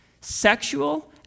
sexual